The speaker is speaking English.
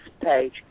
page